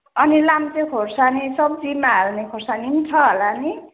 अनि लाम्चे खोर्सानी सब्जीमा हाल्ने खुर्सानी पनि छ होला नि